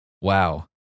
Wow